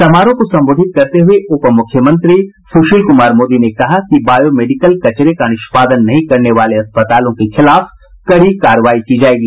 समारोह को संबोधित करते हुये उप मुख्यमंत्री सुशील कुमार मोदी ने कहा कि बायोमेडिकल कचरे का निष्पादन नहीं करने वालों अस्पतालों के खिलाफ कड़ी कार्रवाई की जाएगी